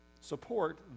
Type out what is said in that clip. support